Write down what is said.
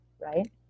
right